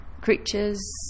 creatures